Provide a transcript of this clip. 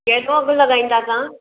कहिड़ो अघु लॻाईंदा तव्हां